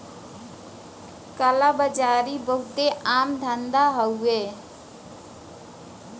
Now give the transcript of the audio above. काला बाजारी बहुते आम धंधा हउवे